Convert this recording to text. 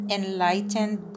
enlightened